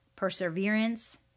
perseverance